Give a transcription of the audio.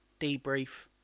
debrief